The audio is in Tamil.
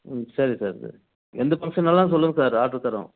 ம் சரி சார் சரி எந்த பங்க்ஷன்னாலும் சொல்லுங்கள் சார் ஆட்ரு தர்றோம்